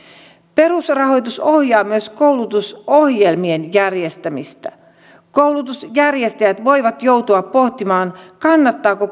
perusrahoitus ohjaa myös koulutusohjelmien järjestämistä koulutuksen järjestäjät voivat joutua pohtimaan kannattaako